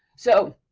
so,